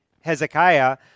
Hezekiah